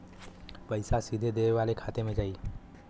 पइसा सीधे देवे वाले के खाते में जाई